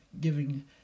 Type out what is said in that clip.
giving